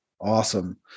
Awesome